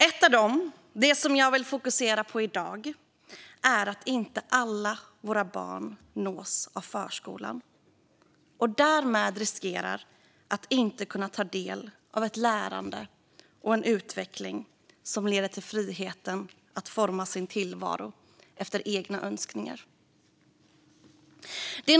Ett av dem, det som jag vill fokusera på i dag, är att inte alla våra barn nås av förskolan. Därmed riskerar de att inte kunna ta del av ett lärande och en utveckling som leder till friheten att forma sin tillvaro efter egna önskningar.